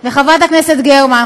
וחברת הכנסת גרמן.